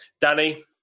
Danny